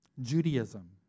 Judaism